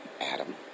Adam